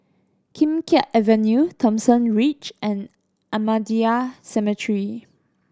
Kim Keat Avenue Thomson Ridge and Ahmadiyya Cemetery